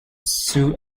suit